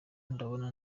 ndabona